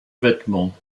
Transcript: vêtements